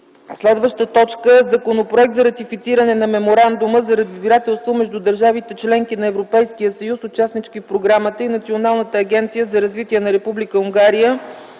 г. в София. 7. Законопроект за ратифициране на Меморандума за разбирателство между държавите - членки на Европейския съюз, участнички в програмата, и Националната агенция за развитие на Република